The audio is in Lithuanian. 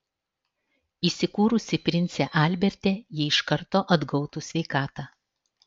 įsikūrusi prince alberte ji iš karto atgautų sveikatą